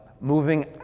moving